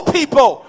people